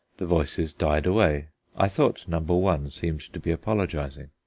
the voices died away i thought number one seemed to be apologizing.